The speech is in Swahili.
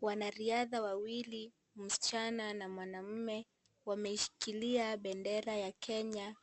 Wanariadha wawili msichana na mwanaume wameishikilia bendera ya Kenya .